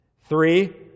Three